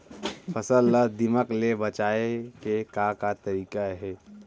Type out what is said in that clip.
फसल ला दीमक ले बचाये के का का तरीका हे?